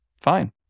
Fine